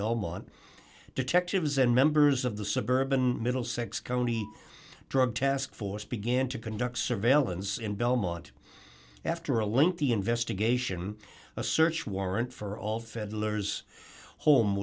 belmont detectives and members of the suburban middle sex county drug task force began to conduct surveillance in belmont after a lengthy investigation a search warrant for all fed learner's home